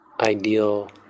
ideal